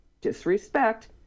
disrespect